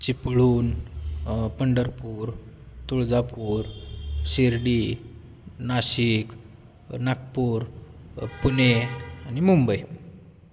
चिपळूण पंढरपूर तुळजापूर शिर्डी नाशिक नागपूर पुणे आणि मुंबई